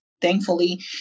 Thankfully